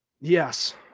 Yes